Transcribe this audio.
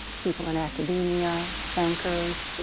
people in academia, bankers,